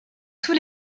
tous